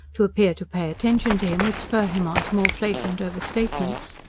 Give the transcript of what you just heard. to appear to pay attention to him would spur him on to more flagrant over-statements.